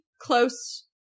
close